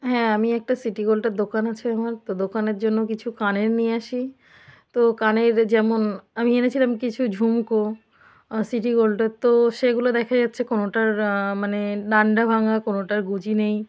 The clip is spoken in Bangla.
হ্যাঁ আমি একটা সিটি গোল্ডের দোকান আছে আমার তো দোকানের জন্য কিছু কানের নিয়ে আসি তো কানের যেমন আমি এনেছিলাম কিছু ঝুমকো সিটি গোল্ডের তো সেগুলো দেখা যাচ্ছে কোনোটার মানে ডান্ডা ভাঙা কোনোটার গুঁজি নেই